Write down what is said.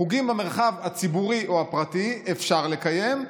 חוגים במרחב הציבורי או הפרטי אפשר לקיים,